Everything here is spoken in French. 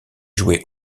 joué